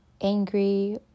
angry